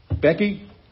Becky